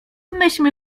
myśmy